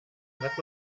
hat